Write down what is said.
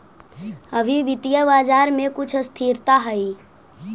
अभी वित्तीय बाजार में कुछ स्थिरता हई